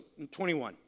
21